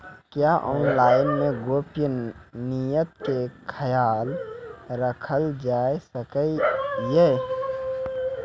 क्या ऑनलाइन मे गोपनियता के खयाल राखल जाय सकै ये?